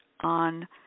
on